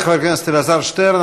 תודה לחבר הכנסת אלעזר שטרן.